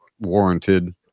warranted